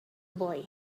boy